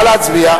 זאת הסתייגות.